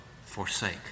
forsake